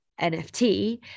NFT